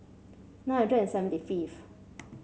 nine hundred and seventy fifth